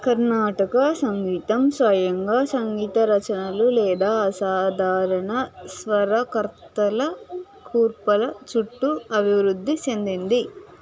కర్ణాటక సంగీతం స్వయంగా సంగీత రచనలు లేదా అసాధారణ స్వరకర్తల కూర్పులు చుట్టూ అభివృద్ధి చెందింది